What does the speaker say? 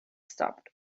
stopped